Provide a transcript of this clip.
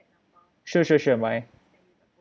sure sure sure my